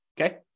okay